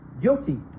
guilty